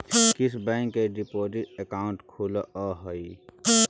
किस बैंक में deposit account खुलअ हई